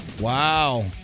Wow